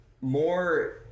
more